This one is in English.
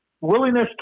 willingness